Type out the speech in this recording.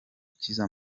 gukiza